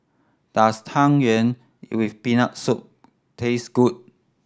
does Tang Yuen with Peanut Soup taste good